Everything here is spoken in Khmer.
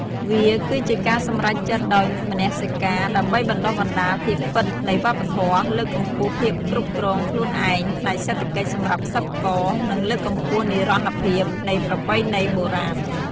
វាគឺជាការសម្រេចចិត្តដោយមនសិការដើម្បីបណ្តុះបណ្តាលភាពពិតនៃវប្បធម៌ លើកកម្ពស់ភាពគ្រប់គ្រងខ្លួនឯងផ្នែកសេដ្ឋកិច្ចសម្រាប់សិប្បករ និងលើកកម្ពស់និរន្តរភាពនៃប្រពៃណីបុរាណ។